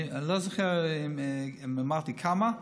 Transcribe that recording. אני לא זוכר אם אמרתי כמה,